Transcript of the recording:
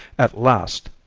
at last,